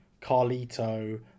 Carlito